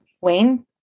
Wayne